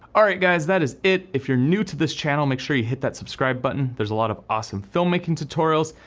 alright guys, that is it. if you're new to this channel, make sure you hit that subscribe button. there's a lot of awesome film making tutorials.